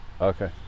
Okay